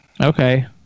Okay